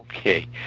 Okay